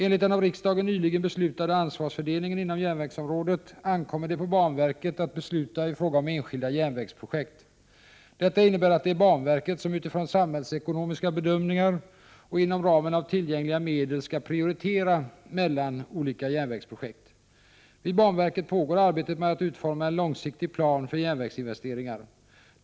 Enligt den av riksdagen nyligen beslutade ansvarsfördelningen inom järnvägsområdet ankommer det på banverket att besluta i fråga om enskilda järnvägsprojekt. Detta innebär att det är banverket som utifrån samhällsekonomiska bedömningar och inom ramen för tillgängliga medel skall prioritera mellan olika järnvägsprojekt. Vid banverket pågår arbetet med att utforma en långsiktig plan för järnvägsinvesteringar.